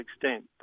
extent